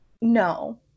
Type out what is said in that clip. no